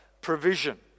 provision